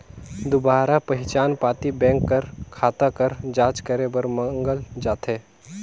दुबारा पहिचान पाती बेंक कर खाता कर जांच करे बर मांगल जाथे